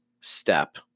step